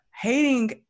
hating